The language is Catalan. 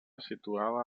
situada